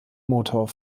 motor